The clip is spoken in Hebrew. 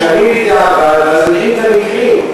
הם נשאלים בדיעבד ואז יודעים את המקרים.